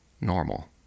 normal